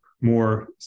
more